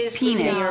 penis